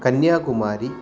Kanyakumari